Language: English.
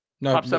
No